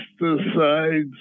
pesticides